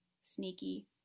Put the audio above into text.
sneaky